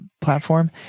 platform